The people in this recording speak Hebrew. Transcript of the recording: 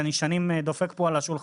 אני דופק פה על השולחנות